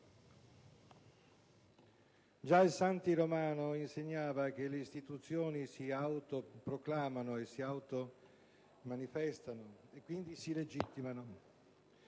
Già Santi Romano insegnava che le istituzioni si autoproclamano, si automanifestano e quindi si legittimano.